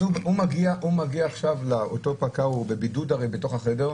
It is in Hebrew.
הוא בבידוד הרי בתוך החדר,